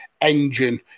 engine